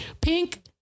pink